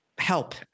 help